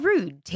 Rude